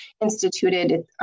instituted